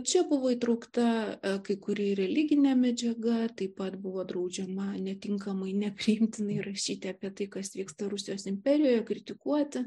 čia buvo įtraukta kai kuri religinė medžiaga taip pat buvo draudžiama netinkamai nepriimtinai rašyti apie tai kas vyksta rusijos imperijoje kritikuoti